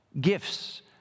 gifts